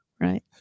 Right